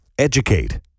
Educate